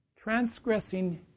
Transgressing